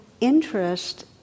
interest